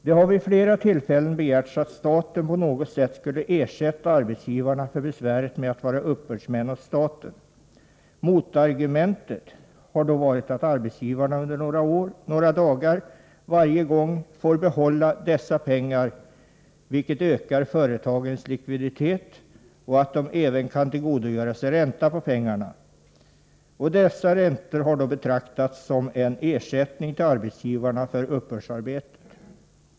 Det har vid flera tillfällen begärts att staten på något sätt skulle ersätta arbetsgivarna för besväret att vara uppbördsmän åt staten. Motargumentet har då varit, att arbetsgivarna under några dagar vid varje tillfälle får dröja med inbetalningen av dessa pengar, vilket ökar företagens likviditet, och att företagen även kan tillgodogöra sig ränta på pengarna. Dessa räntor har då betraktats som en ersättning till arbetsgivarna för uppbördsarbetet.